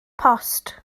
post